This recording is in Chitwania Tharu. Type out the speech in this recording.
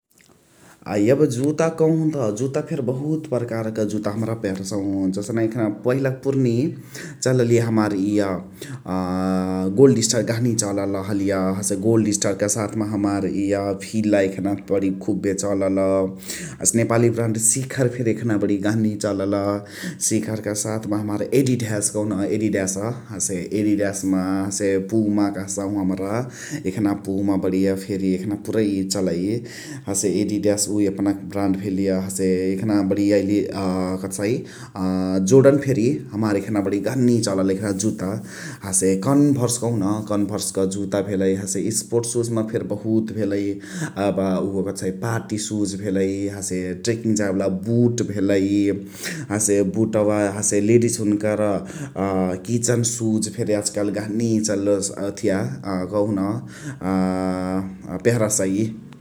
अ एब जुता कहु त जुता फेरी बहुत पर्कारक जुता हमरा पेहरसहु । जसने एखना पहिला क पुरनी चलालि हमार इअ अ गोल्ड स्टार गहनी चलल हलिय । हसे गोल्ड स्टार क साथ मा हमार इअ भिला बणिय एखना खुबे चलल । हसे नेपाली ब्रान्ड शिखर फेरी एखना बणिय गहनी चलल । शिखर क साथ मा हमार एडिडास कहुन एडिडास । हसे एडिडास हसे पुमा कहसाहु हमरा । एखना पुमा बणिय फेरी एखना पुरै चलइ । हसे एडिडास उ एपनके ब्रान्ड भेलिय हसे एखना बणिय याइली काठसाइ अ जोर्डन फेरी हमार एखान बणिय गहनी चलल जुत्त । हसे कन्भर्स कहोन कन्भर्स क जुत्त भेलइ । हसे स्पोर्ट शूज म फेरी बहुते भेलइ हसे एब उ कथसाइ पार्टी शूज भेलइ हसे ट्रेकिङ जाए वाला बुट भेलइ । बुटवा हसे लदिएस हुनुकर किचन शूज फेरी याजु कालु गहनी ओथिया कहुन अ पेहरसइ ।